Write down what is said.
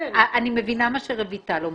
אני מבינה מה רויטל אומרת.